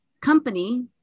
Company